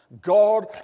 God